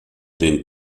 den